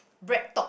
breadtalk